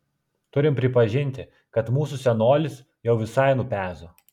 turim pripažinti kad mūsų senolis jau visai nupezo